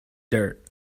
dirt